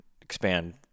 expand